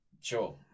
Sure